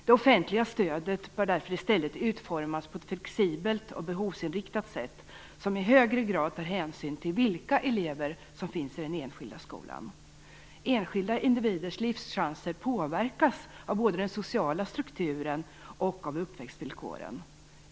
Det offentliga stödet bör därför i stället utformas på ett flexibelt och behovsinriktat sätt, som i högre grad tar hänsyn till vilka elever som finns i den enskilda skolan. Enskilda individers livschanser påverkas både av den sociala strukturen och av uppväxtvillkoren.